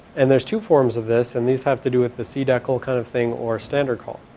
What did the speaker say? and there's two forms of this and these have to do with the cdecl kind of thing or standard call.